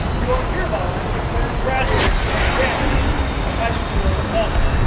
you are hereby declared graduates and granted the high school diploma.